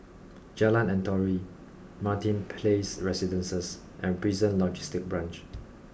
Jalan Antoi Martin Place Residences and Prison Logistic Branch